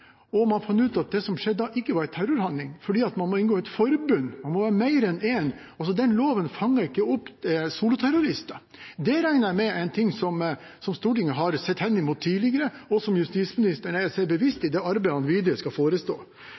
Man fant ut at det som skjedde da, ikke var en terrorhandling, fordi man må inngå et forbund – man må være flere enn én. Den loven fanget ikke opp soloterrorister. Det regner jeg med er noe Stortinget har sett henimot tidligere, og som justisministeren er seg bevisst i arbeidet han videre skal forestå.